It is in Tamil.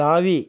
தாவி